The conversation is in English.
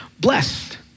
blessed